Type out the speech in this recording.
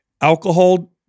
Alcohol